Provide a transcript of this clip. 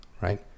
right